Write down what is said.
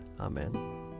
Amen